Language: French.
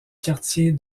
quartier